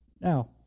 now